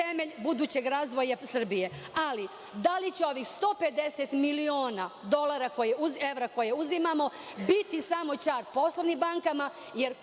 budućeg razvoja Srbije, ali da li će ovih 150 miliona evra koje uzimamo biti samo za poslovne banke,